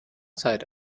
zeit